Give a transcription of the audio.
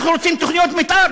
אנחנו רוצים תוכניות מתאר,